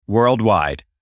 Worldwide